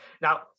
Now